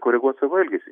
koreguot savo elgesį